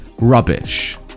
rubbish